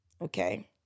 Okay